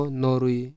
norui